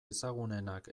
ezagunenak